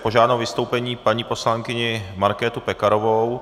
Požádám o vystoupení paní poslankyni Markétu Pekarovou.